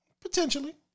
Potentially